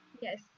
Yes